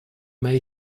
may